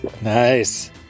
nice